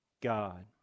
god